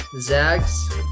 Zags